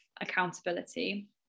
accountability